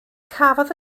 cafodd